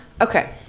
Okay